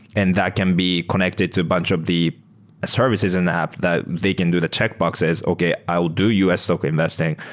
and that can be connected to a bunch of the services in the app that they can do the checkboxes, okay. i will do u s. stock investing.